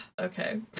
Okay